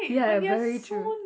ya very true